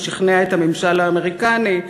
הוא שכנע את הממשל האמריקני,